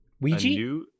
Ouija